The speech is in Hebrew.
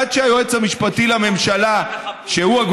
עד שהיועץ המשפטי לממשלה אין שאלה על חזקת החפות.